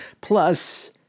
Plus